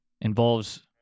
involves